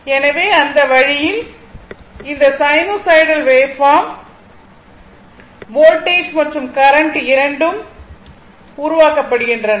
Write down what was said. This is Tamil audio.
எனவே இந்த வழியில் இந்த சைனூசாய்டல் வேவ்பார்ம் வோல்டேஜ் மற்றும் கரண்ட் இரண்டும் உருவாக்கப்படுகின்றன